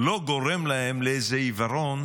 לא גורם להם לאיזה עיוורון